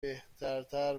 بهترتر